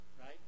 right